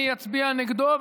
אני אצביע נגדו,